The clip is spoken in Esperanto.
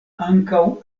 ankaŭ